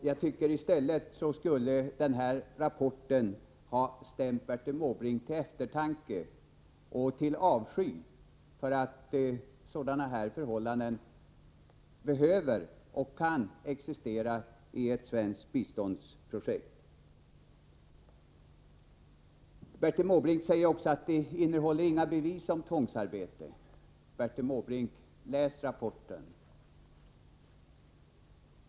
Jag tycker att den här rapporten i stället borde ha stämt Bertil Måbrink till eftertanke och väckt avsky för att sådana förhållanden behöver och kan existera i ett svenskt biståndsprojekt. Bertil Måbrink säger också att rapporten inte heller innehåller några bevis om tvångsarbete. Bertil Måbrink: Läs rapporten!